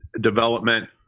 development